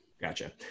Gotcha